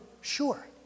sure